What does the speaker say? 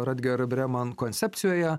rutger breman koncepcijoje